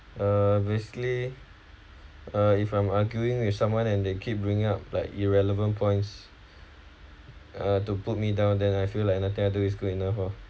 uh basically uh if I'm arguing with someone and they keep bring up like irrelevant points uh to put me down then I feel like nothing I do is good enough ah